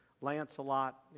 Lancelot